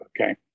Okay